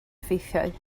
effeithiau